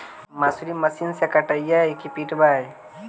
मसुरी मशिन से कटइयै कि पिटबै?